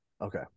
Okay